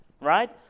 right